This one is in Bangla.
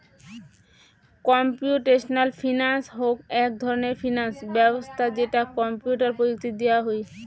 কম্পিউটেশনাল ফিনান্স হউক এক ধরণের ফিনান্স ব্যবছস্থা যেটা কম্পিউটার প্রযুক্তি দিয়া হুই